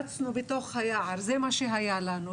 רצנו בתוך היער זה מה שהיה לנו,